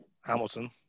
Hamilton